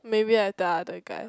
maybe at the other guy